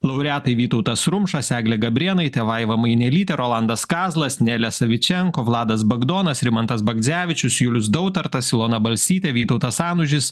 laureatai vytautas rumšas eglė gabrėnaitė vaiva mainelytė rolandas kazlas nelė savičenko vladas bagdonas rimantas bagdzevičius julius dautartas ilona balsytė vytautas anužis